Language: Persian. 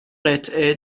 قطعه